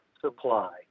supply